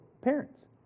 parents